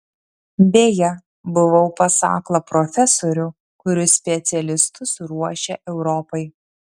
beje buvau pas aklą profesorių kuris specialistus ruošia europai